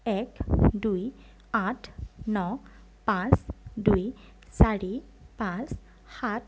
এক দুই আঠ ন পাঁচ দুই চাৰি পাঁচ সাত